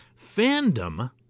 Fandom